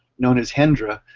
known as hendra,